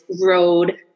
road